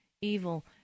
evil